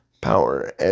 power